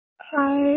Hi